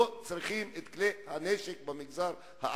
לא צריכים את כלי הנשק במגזר הערבי.